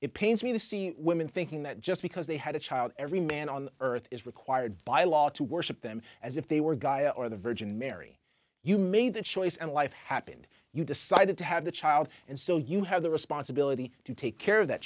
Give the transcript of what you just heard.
it pains me to see women thinking that just because they had a child every man on earth is required by law to worship them as if they were guy or the virgin mary you made the choice and life happened you decided to have the child and still you have the responsibility to take care of that